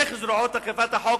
איך זרועות אכיפת החוק,